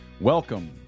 Welcome